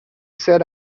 set